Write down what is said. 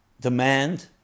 demand